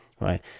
right